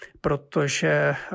protože